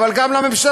אבל גם לממשלה.